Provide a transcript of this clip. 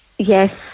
Yes